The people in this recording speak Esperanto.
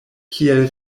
kiel